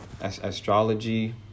Astrology